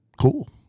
cool